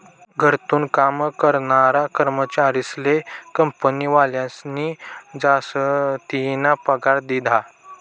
घरथून काम करनारा कर्मचारीस्ले कंपनीवालास्नी जासतीना पगार दिधा